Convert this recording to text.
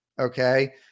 Okay